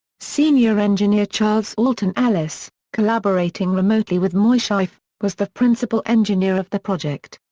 senior engineer charles alton ellis, collaborating remotely with moisseiff, was the principal engineer of the project.